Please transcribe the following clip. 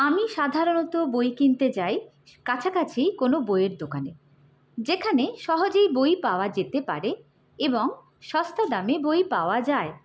আমি সাধারণত বই কিনতে যাই কাছাকাছি কোনো বইয়ের দোকানে যেখানে সহজেই বই পাওয়া যেতে পারে এবং সস্তা দামে বই পাওয়া যায়